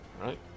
right